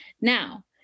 now